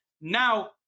Now